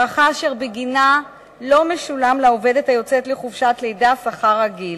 הארכה אשר בגינה לא משולם לעובדת היוצאת לחופשת לידה שכר רגיל.